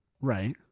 Right